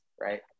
right